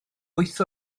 wyth